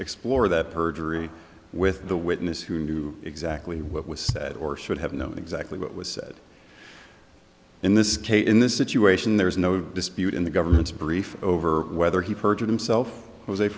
explore that perjury with the witness who knew exactly what was said or should have known exactly what was said in this case in this situation there is no dispute in the government's brief over whether he perjured himself was